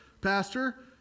Pastor